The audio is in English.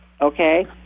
Okay